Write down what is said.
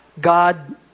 God